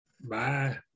Bye